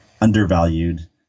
undervalued